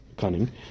Cunning